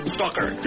Stalker